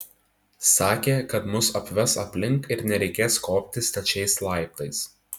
sakė kad mus apves aplink ir nereikės kopti stačiais laiptais